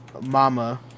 mama